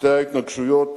שתי ההתנגשויות